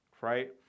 Right